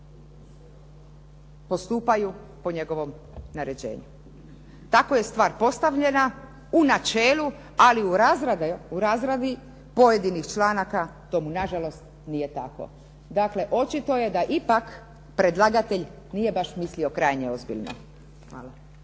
postupaju po njegovom naređenju. Tako je stvar postavljena u načelu ali u razradi pojedinih članaka tomu nažalost nije tako. Dakle, očito je da ipak predlagatelj nije baš mislio krajnje ozbiljno.